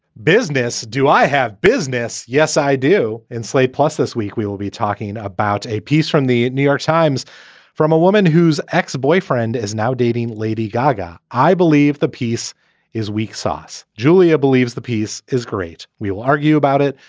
business? do i have business? yes, i do. and slate plus this week, we will be talking about a piece from the new york times from a woman whose ex-boyfriend is now dating lady gaga. i believe the piece is weak sauce. julia believes the piece is great. we'll argue about it.